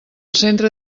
centre